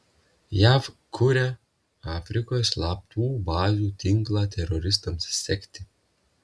jav kuria afrikoje slaptų bazių tinklą teroristams sekti